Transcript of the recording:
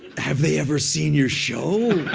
have they ever seen your show?